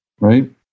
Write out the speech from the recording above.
right